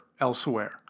elsewhere